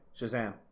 Shazam